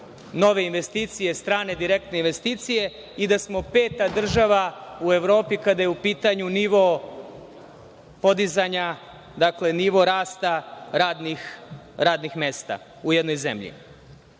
nove investicije, strane direktne investicije i da smo peta država u Evropi kada je u pitanju nivo podizanja, nivo rasta radnih mesta u jednoj zemlji.